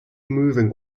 moving